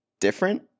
different